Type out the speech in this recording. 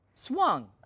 Swung